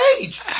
age